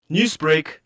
Newsbreak